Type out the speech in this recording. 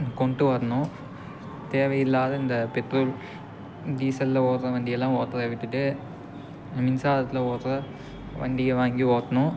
கொண்டு வரணும் தேவையில்லாத இந்த பெட்ரோல் டீசலில் ஓடுற வண்டியெல்லாம் ஓட்டுறத விட்டுட்டு மின்சாரத்தில் ஓடுற வண்டியை வாங்கி ஓட்டணும்